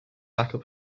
tackle